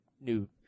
new